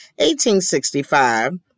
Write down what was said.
1865